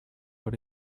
what